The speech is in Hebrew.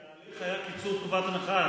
כי ההליך היה קיצור מחובת הנחה.